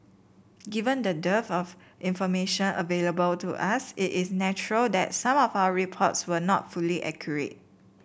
given the dearth of information available to us it is natural that some of our reports were not fully accurate